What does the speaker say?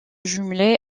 jumelé